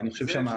אני חושב שהמערכת,